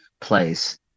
place